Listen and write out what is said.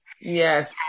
Yes